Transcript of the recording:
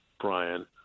Brian